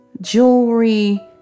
jewelry